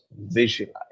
visualize